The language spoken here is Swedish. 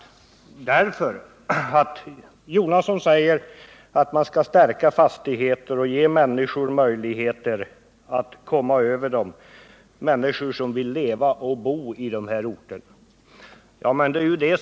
Herr Jonasson säger att man skall stärka fastigheter och ge de människor som vill leva och bo i de här orterna möjligheter att komma över de arealer skogsmark som utbjuds.